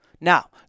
Now